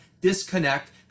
disconnect